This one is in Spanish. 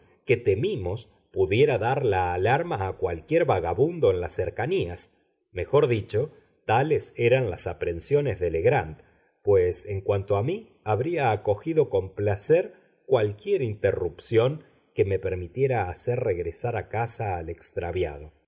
que temimos pudiera dar la alarma a cualquier vagabundo en las cercanías mejor dicho tales eran las aprensiones de legrand pues en cuanto a mí habría acogido con placer cualquiera interrupción que me permitiera hacer regresar a casa al extraviado